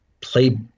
play